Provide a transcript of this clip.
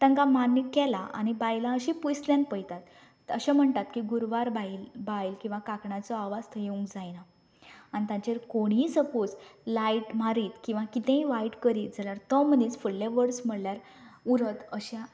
तांकां मान्य केलां आनी बायलां अशीं पयसुल्ल्यान पळयतात अशें म्हणटात की गुरवार बायल किंवा कांकणाचो आवाज थंय येवंक जायना आनी ताचेर कोणूय सपोज लायट मारीत किंवा कितेंय वायट करित जाल्यार तो मनीस फुडलें वर्स म्हणल्यार उरत अशें